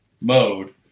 mode